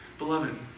Beloved